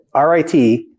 RIT